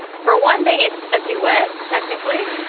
for one thing, it's a duet. technically,